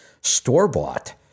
store-bought